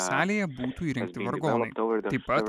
salėje būtų įrengti vargonai taip pat